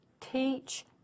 teach